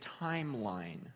timeline